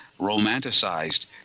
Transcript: romanticized